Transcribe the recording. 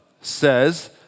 says